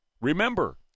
Remember